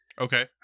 Okay